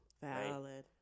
valid